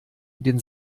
den